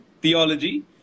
theology